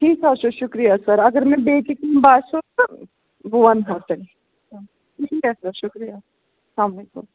ٹھیٖک حَظ چھُ شُکریہ سَر اگر مےٚ بیٚیہِ کہِ کینٛہہ باسیو تہٕ بہٕ وَنہو تیٚلہِ ٹھیک سَر شُکریہ اسلام علیکُم